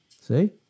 See